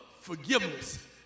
forgiveness